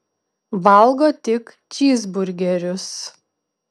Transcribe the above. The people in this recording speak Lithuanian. valgo tik čyzburgerius